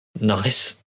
Nice